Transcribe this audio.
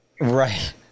Right